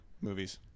movies